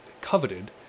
coveted